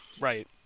Right